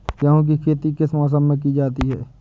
गेहूँ की खेती किस मौसम में की जाती है?